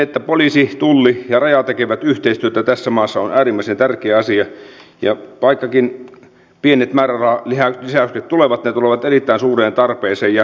ministeriön käsitys oli ja on edelleen että kotimaisen hallintarekisteröinnin avaaminen pitäisi kotimaisen säilytyksen kilpailukykyisenä yleisölle ja viranomaisille avoimena sekä turvaisi omistusten säilymisen kotimaassa ja siten ehkäisisi esimerkiksi verohallinnon huolta säilytyksen siirtymisestä ulkomaille